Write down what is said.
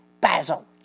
Basil